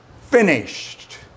finished